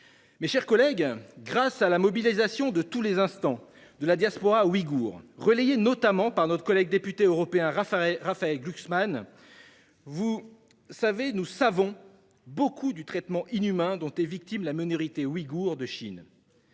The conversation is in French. en Europe. Grâce à la mobilisation de tous les instants de la diaspora ouïghoure, relayée notamment par notre collègue député européen Raphaël Glucksmann, nous savons beaucoup du traitement inhumain dont est victime la minorité ouïghoure de Chine.